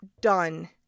done